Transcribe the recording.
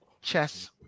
Chess